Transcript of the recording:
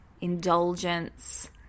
indulgence